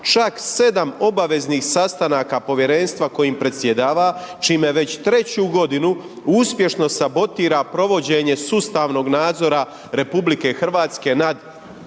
čak 7 obaveznih sastanaka povjerenstva kojim predsjedava, čime već 3 godinu uspješno sabotira provođenje sustavnog nadzor RH, nad